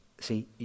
See